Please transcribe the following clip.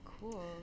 cool